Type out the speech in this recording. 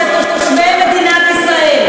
כדי שתושבי מדינת ישראל,